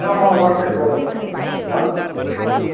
अँ म व्हाट्सएप्प गरेर पठाउँदैछु ल ल